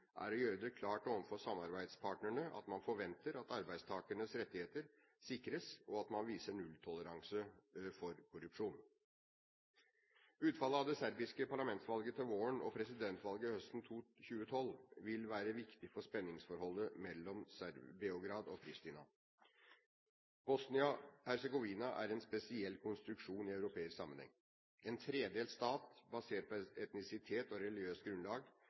er å gjøre det klart overfor samarbeidspartnerne at man forventer at arbeidstakernes rettigheter sikres, og at man viser nulltoleranse for korrupsjon. Utfallet av det serbiske parlamentsvalget til våren og presidentvalget høsten 2012 vil være viktig for spenningsforholdet mellom Beograd og Pristina. Bosnia-Hercegovina er en spesiell konstruksjon i europeisk sammenheng. En tredelt stat basert på etnisitet og religiøst grunnlag